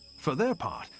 for their part,